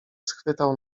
schwytał